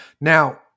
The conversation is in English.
now